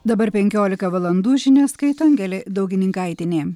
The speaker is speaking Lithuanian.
dabar penkiolika valandų žinias skaito angelė daugininkaitienė